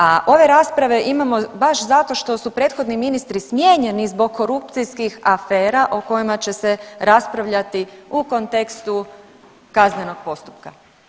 A ove rasprave imamo baš zato što su prethodni ministri smijenjeni zbog korupcijskih afera o kojima će se raspravljati u kontekstu kaznenog postupka.